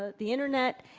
ah the internet